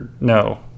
No